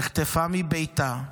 נחטפה מביתה,